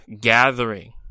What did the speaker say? gathering